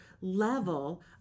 level